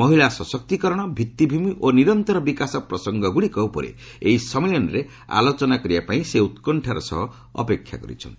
ମହିଳା ସଶକ୍ତି କରଣ ଭିଭିଭୂମି ଓ ନିରନ୍ତର ବିକାଶ ପ୍ରସଙ୍ଗଗ୍ରଡ଼ିକ ଉପରେ ଏହି ସମ୍ମିଳନୀରେ ଆଲୋଚନା କରିବା ପାଇଁ ସେ ଉତ୍କଶ୍ଚାର ସହ ଅପେକ୍ଷା କରିଛନ୍ତି